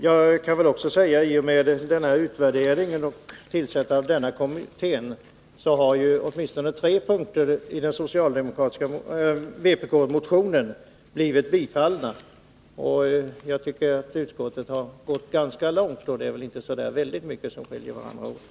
Jag kan tillägga att i och med utvärderingen av försöksverksamheten och tillsättandet av denna kommitté har åtminstone tre punkter i vpk-motionen blivit tillgodosedda. Utskottet har gått ganska långt, och det är väl inte så väldigt mycket som skiljer oss åt.